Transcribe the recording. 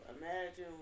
imagine